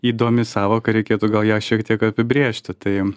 įdomi sąvoka reikėtų gal ją šiek tiek apibrėžti tai